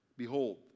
Behold